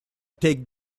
take